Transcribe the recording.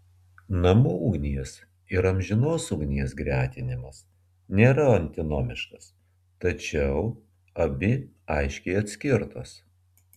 namų ugnies ir amžinos ugnies gretinimas nėra antinomiškas tačiau abi aiškiai atskirtos